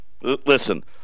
Listen